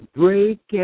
break